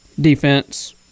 defense